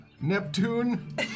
Neptune